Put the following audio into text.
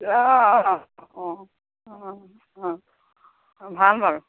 অঁ অঁ অঁ অঁ অঁ ভাল বাৰু